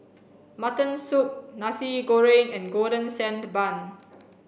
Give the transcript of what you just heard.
mutton soup nasi goreng and golden sand bun